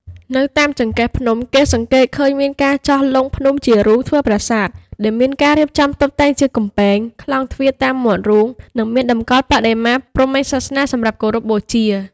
នៅតាមចង្កេះភ្នំ គេសង្កេតឃើញមានការចោះលុងភ្នំជារូងធ្វើប្រាសាទ ដោយមានការរៀបចំតុបតែងជាកំពែង ក្លោងទ្វារតាមមាត់រូង និងមានតម្កល់បដិមាព្រហ្មញ្ញសាសនាសម្រាប់គោរពបូជា។